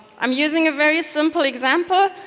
i'm using a very simple example.